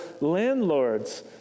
landlords